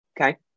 Okay